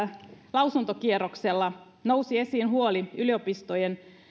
lausuntokierroksella nousi esiin huoli yliopistojen